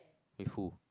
with who